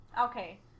Okay